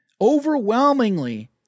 Overwhelmingly